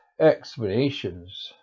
explanations